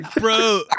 Bro